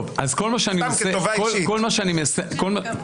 טוב, אז כל מה שאני עושה --- סתם כטובה אישית.